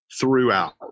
throughout